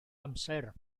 amser